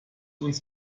uns